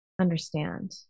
understand